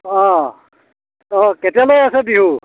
অঁ অঁ কেতিয়ালৈ আছে বিহু